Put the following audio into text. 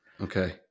okay